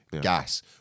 gas